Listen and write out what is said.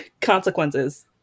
consequences